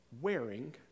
wearing